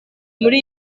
muri